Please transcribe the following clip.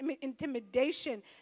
intimidation